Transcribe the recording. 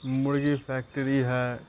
مرغی فیکٹری ہے